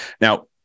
Now